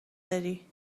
داری